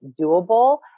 doable